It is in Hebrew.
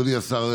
אדוני השר,